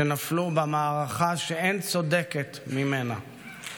שנפלו במערכה שאין צודקת ממנה.